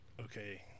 okay